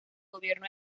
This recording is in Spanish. gobierno